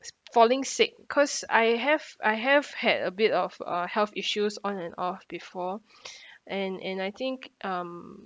is falling sick because I have I have had a bit of uh health issues on and off before and and I think um